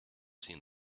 seen